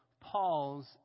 Paul's